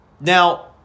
Now